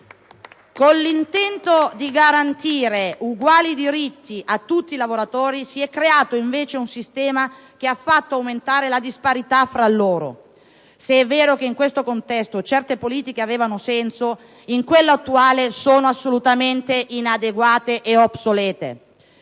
Con l'intento di garantire uguali diritti a tutti i lavoratori, si è creato invece un sistema che ha fatto aumentare la disparità tra loro. Se è vero che in questo contesto certe politiche avevano un senso, in quello attuale sono assolutamente inadeguate e obsolete,